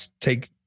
take